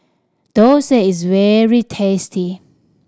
dosa is very tasty